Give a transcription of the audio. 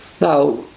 Now